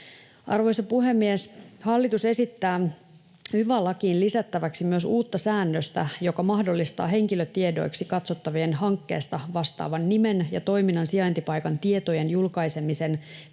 Arvoisa puhemies! Hallitus esittää yva-lakiin lisättäväksi myös uutta säännöstä, joka mahdollistaa henkilötiedoiksi katsottavien hankkeesta vastaavan nimen ja toiminnan sijaintipaikan tietojen julkaisemisen